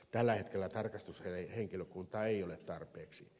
tällä hetkellä tarkastushenkilökuntaa ei ole tarpeeksi